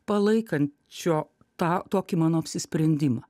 palaikančio tą tokį mano apsisprendimą